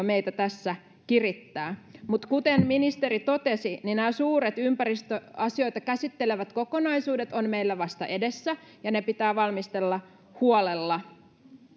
meitä tässä kirittää mutta kuten ministeri totesi nämä suuret ympäristöasioita käsittelevät kokonaisuudet ovat meillä vasta edessä ja ne pitää valmistella huolella